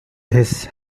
this